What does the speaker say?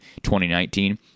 2019